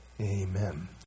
Amen